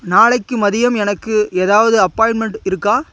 நாளைக்கு மதியம் எனக்கு ஏதாவது அப்பாயின்ட்மெண்ட் இருக்கா